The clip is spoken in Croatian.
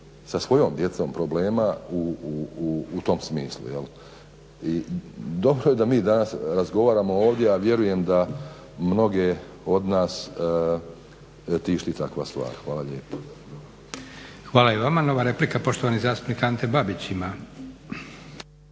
sa svojom djecom problema u tom smislu. I dokle da mi danas razgovaramo ovdje a vjerujem da mnoge od nas tišti takva stvar. Hvala lijepa. **Leko, Josip (SDP)** Hvala i vama. Nova replika, poštovani zastupnik Ante Babić ima.